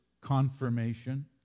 confirmation